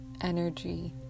energy